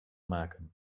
maken